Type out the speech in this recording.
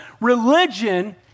religion